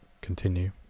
continue